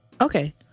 Okay